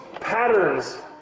patterns